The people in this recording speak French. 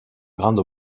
grande